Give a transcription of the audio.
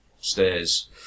Stairs